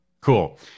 Cool